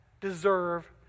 deserve